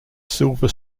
silver